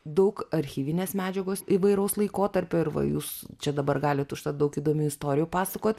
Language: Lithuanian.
daug archyvinės medžiagos įvairaus laikotarpio ir va jūs čia dabar galit užtat daug įdomių istorijų pasakot